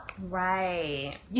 Right